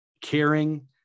caring